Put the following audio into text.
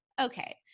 okay